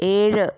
ഏഴ്